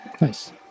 nice